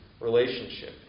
relationship